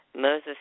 Moses